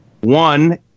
one